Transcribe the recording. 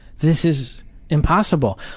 this is impossible.